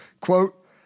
Quote